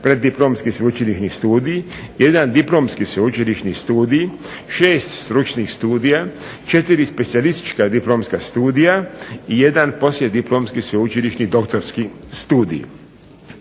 preddiplomski sveučilišni studij, 1 diplomski sveučilišni studij, 6 stručnih studija, 4 specijalistička diplomska studija i 1 poslijediplomski sveučilišni doktorski studij.